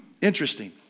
Interesting